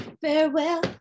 farewell